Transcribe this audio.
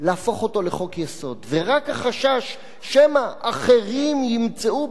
ורק החשש שמא אחרים ימצאו בכך פתח לנגוע